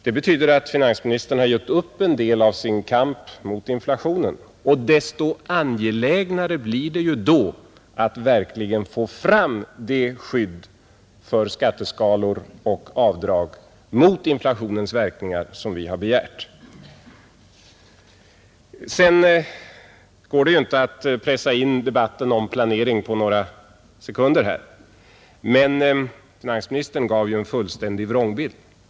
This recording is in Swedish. Det betyder att finansministern har gett upp en del av sin kamp mot inflationen, och desto angelägnare blir det ju då att verkligen få fram det skydd för skatteskalor och avdrag mot inflationens verkningar som vi har begärt. Sedan går det ju inte att pressa in debatten om planering på några sekunder här, men finansministern gav en fullständig vrångbild.